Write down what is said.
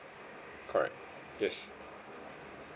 correct yes